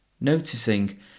Noticing